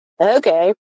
okay